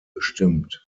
bestimmt